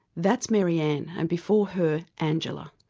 that's maryanne and before her angela,